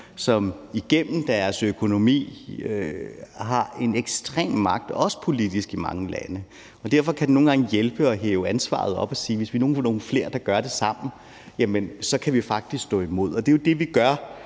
som igennem deres økonomi har en ekstrem magt, også politisk, i mange lande, og derfor kan det nogle gange hjælpe at hæve ansvaret op og sige, at hvis vi nu var nogle flere, der gjorde det sammen, ville vi faktisk kunne stå imod. Det er jo det, vi gør